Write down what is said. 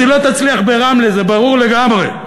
אז היא לא תצליח ברמלה, זה ברור לגמרי.